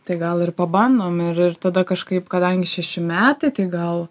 tai gal ir pabandom ir ir tada kažkaip kadangi šeši metai tai gal